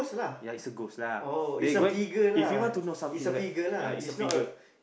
ya is a ghost lah they going if you want to know something like ya is a figure